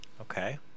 Okay